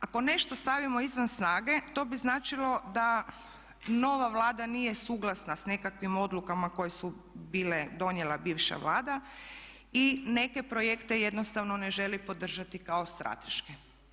Ako nešto stavljamo izvan snage to bi značilo da nova Vlada nije suglasna s nekakvim odlukama koje su bile donijela bivša Vlada i neke projekte jednostavno ne želi podržati kao strateške.